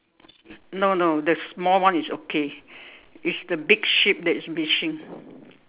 no no the small one is okay it's the big sheep that is missing